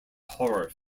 horror